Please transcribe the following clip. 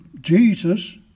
Jesus